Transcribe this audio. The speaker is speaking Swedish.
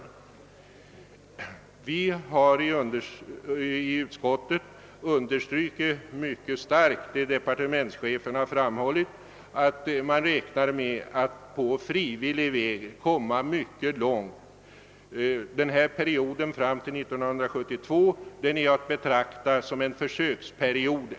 Vi har i utskottet mycket starkt understrukit vad = departementschefen framhållit, nämligen att man räknar med att på frivillig väg komma mycket långt. Perioden fram till 1972 är att betrakta som en försöksperiod.